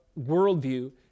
worldview